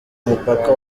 mupaka